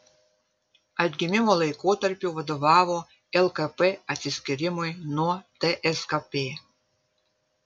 atgimimo laikotarpiu vadovavo lkp atsiskyrimui nuo tskp